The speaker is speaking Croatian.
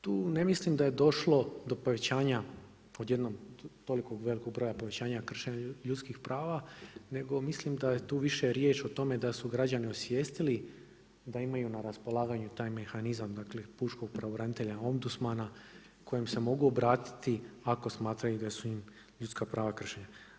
Tu ne mislim da je došlo do povećanja odjednom tolikog velikog broja povećanja kršenja ljudskih prava, nego mislim da je tu više riječ o tome da su građani osvijestili da imaju na raspolaganju taj mehanizam, dakle pučkog pravobranitelja, ombudsmana kojem se mogu obratiti ako smatraju da su im ljudska prava kršena.